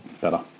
better